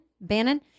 Bannon